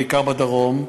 בעיקר בדרום,